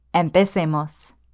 ¡Empecemos